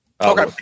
okay